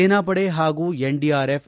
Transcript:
ಸೇನಾ ಪಡೆ ಹಾಗೂ ಎನ್ಡಿಆರ್ಎಫ್